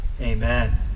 Amen